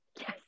Yes